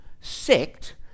sect